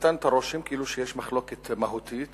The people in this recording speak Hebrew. ונתן את הרושם כאילו יש מחלוקת מהותית